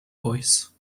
voice